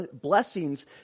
blessings